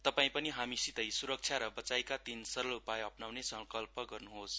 तपाई पनि हामीसितै सुरक्षा र वचाइका तीन सरल उपाय अप्नाउने संकल्प गर्नुहोस